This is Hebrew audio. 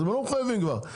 הם לא מחויבים כבר.